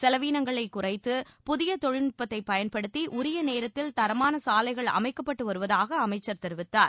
செலவீனங்களை குறைத்து புதிய தொழில்நுட்பத்தைப் பயன்படுத்தி உரிய நேரத்தில் தரமான சாலைகள் அமைக்கப்பட்டு வருவதாக அமைச்சர் தெரிவித்தார்